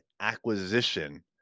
acquisition